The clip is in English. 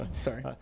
sorry